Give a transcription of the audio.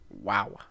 Wow